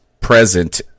present